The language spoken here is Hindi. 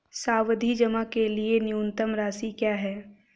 सावधि जमा के लिए न्यूनतम राशि क्या है?